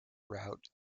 route